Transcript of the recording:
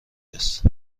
است